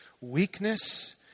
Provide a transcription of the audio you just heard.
weakness